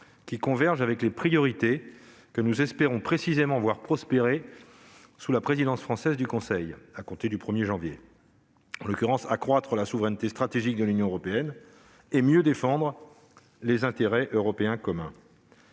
converge avec les priorités que nous espérons précisément voir prospérer sous la présidence française du Conseil, à compter du 1 janvier 2022 :« accroître la souveraineté stratégique de l'Union européenne » et mieux défendre les « intérêts européens communs